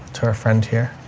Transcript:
to our friend here.